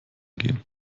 gehen